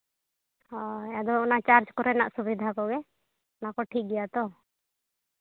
ᱦᱳᱭ ᱟᱫᱚ ᱚᱱᱟ ᱪᱟᱨᱡ ᱠᱚᱨᱮᱱᱟᱜ ᱥᱩᱵᱤᱫᱷᱟ ᱠᱚᱜᱮ ᱚᱱᱟ ᱠᱚ ᱴᱷᱤᱠ ᱜᱮᱭᱟ ᱛᱚ